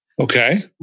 Okay